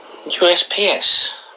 USPS